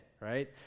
right